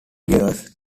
beers